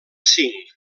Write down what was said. cinc